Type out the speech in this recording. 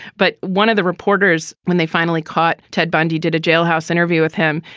but one of the reporters, when they finally caught ted bundy, did a jailhouse interview with him.